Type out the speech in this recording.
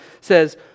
says